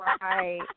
Right